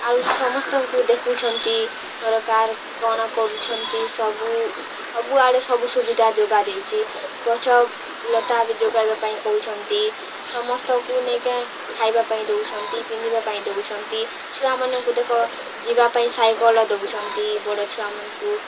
ଆଉ ସମସ୍ତଙ୍କୁ ଦେଖୁଛନ୍ତି ସରକାର କଣ କରୁଛନ୍ତି ସବୁ ସବୁଆଡ଼େ ସବୁ ସୁବିଧା ଯୋଗା ଯାଇଚି ଗଛ ଲତା ବି ଯୋଗାଇବା ପାଇଁ କହୁଛନ୍ତି ସମସ୍ତକୁ ନେଇକା ଖାଇବା ପାଇଁ ଦେଉଛନ୍ତି ପିନ୍ଧିବା ପାଇଁ ଦେଉଛନ୍ତି ଛୁଆମାନଙ୍କୁ ଦେଖ ଯିବାପାଇଁ ସାଇକେଲ୍ ଦେଉଛନ୍ତି ବଡ଼ ଛୁଆମାନଙ୍କୁ